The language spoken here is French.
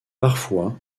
parfois